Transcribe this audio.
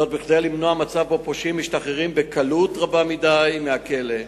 זאת כדי למנוע מצב שפושעים משתחררים בקלות רבה מדי מהכלא,